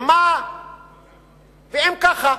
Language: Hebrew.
ואם ככה,